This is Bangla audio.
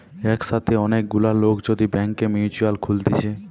একসাথে অনেক গুলা লোক যদি ব্যাংকে মিউচুয়াল খুলতিছে